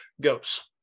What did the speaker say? goes